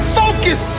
focus